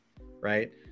right